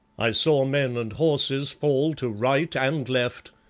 i saw men and horses fall to right and left,